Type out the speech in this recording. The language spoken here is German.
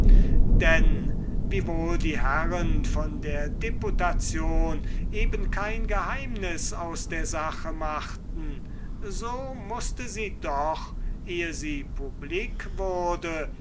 denn wiewohl die herren von der deputation eben kein geheimnis aus der sache machten so mußte sie doch ehe sie publik wurde